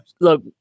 Look